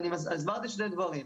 אני הסברתי שני דברים,